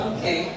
Okay